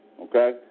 okay